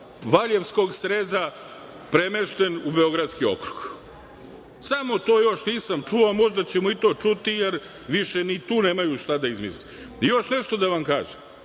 Valjevskog sreza premešten u beogradski okrug. Samo to još nisam čuo, a možda ćemo i to čuti, jer više ni tu nemaju šta da izmisle. I još nešto da vam kažem.